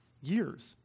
years